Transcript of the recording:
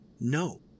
No